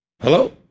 Hello